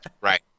Right